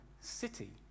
city